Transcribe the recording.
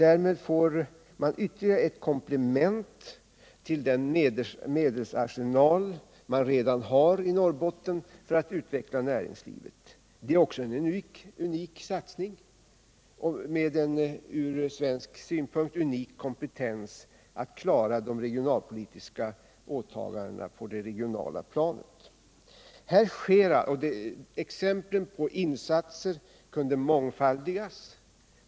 Därmed får man ytterligare eu komplement till den medelsarsenal man redan har i Norrbotten för att utveckla näringslivet. Också detta är en unik satsning, med en från svensk synpunkt unik kompetens att klara de regionalpolitiska åtagandena på ett regionalt plan. Exemplen på insatser kunde mångfaldigas.